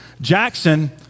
Jackson